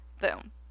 Boom